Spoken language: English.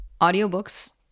audiobooks